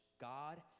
God